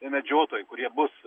medžiotojai kurie bus